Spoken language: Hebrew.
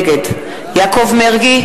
נגד יעקב מרגי,